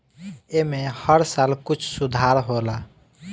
ऐमे हर साल कुछ सुधार होला